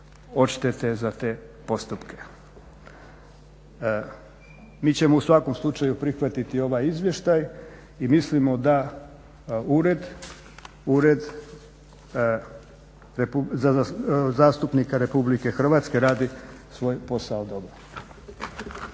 odštete za te postupke. Mi ćemo u svakom slučaju prihvatiti ovaj Izvještaj i mislimo da Ured zastupnika Republike Hrvatske radi svoj posao dobro.